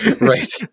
right